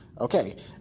okay